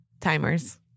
timers